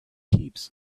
heaps